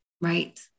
Right